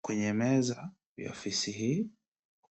Kwenye meza ya ofisi hii,